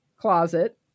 closet